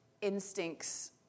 instincts